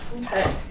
Okay